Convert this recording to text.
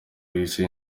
yahise